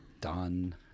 Done